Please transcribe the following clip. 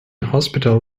hospital